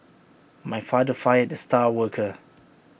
my father fired the star worker